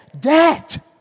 Debt